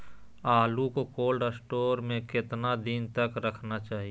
आलू को cold store में कितना दिन तक रखना चाहिए?